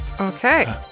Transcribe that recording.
Okay